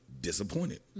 disappointed